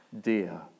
dear